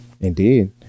Indeed